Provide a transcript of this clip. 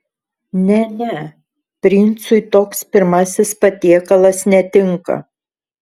ne ne princui toks pirmasis patiekalas netinka